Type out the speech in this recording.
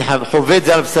אני חווה את זה על בשרי,